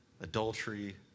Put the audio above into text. adultery